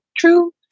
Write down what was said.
true